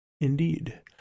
indeed